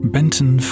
Benton